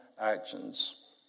actions